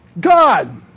God